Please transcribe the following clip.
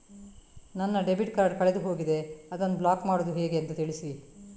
ನನ್ನ debit card ಕಳೆದು ಹೋಗಿದೆ, ಅದನ್ನು ಬ್ಲಾಕ್ ಮಾಡುವುದು ಹೇಗೆ ಅಂತ ತಿಳಿಸಿ?